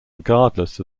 regardless